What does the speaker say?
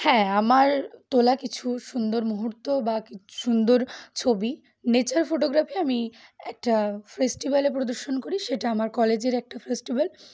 হ্যাঁ আমার তোলা কিছু সুন্দর মুহূর্ত বা কিছু সুন্দর ছবি নেচার ফটোগ্রাফি আমি একটা ফেস্টিভ্যালে প্রদর্শন করি সেটা আমার কলেজের একটা ফেস্টিভ্যাল